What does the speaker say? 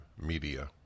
media